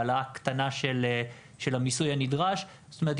העלאה קטנה של המיסוי הנדרש זאת אומרת,